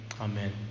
Amen